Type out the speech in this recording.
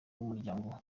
n’umuryango